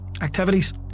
activities